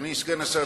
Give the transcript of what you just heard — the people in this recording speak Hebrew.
אדוני סגן השר,